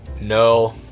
no